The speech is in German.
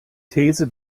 these